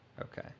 Okay